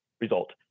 result